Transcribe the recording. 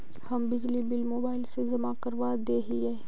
हम बिजली bill mobile से जमा करवा देहियै?